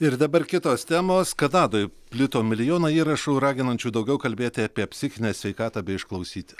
ir dabar kitos temos kanadoj plito milijoną įrašų raginančių daugiau kalbėti apie psichinę sveikatą bei išklausyti